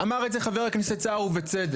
אמר את זה חבר הכנסת סער ובצדק.